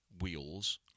wheels